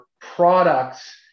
products